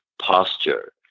posture